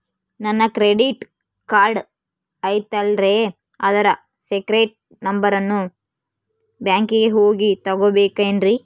ನನ್ನ credit card ಐತಲ್ರೇ ಅದರ ಸೇಕ್ರೇಟ್ ನಂಬರನ್ನು ಬ್ಯಾಂಕಿಗೆ ಹೋಗಿ ತಗೋಬೇಕಿನ್ರಿ?